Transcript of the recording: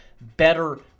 better